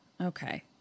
Okay